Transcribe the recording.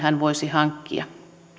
hän voisi hankkia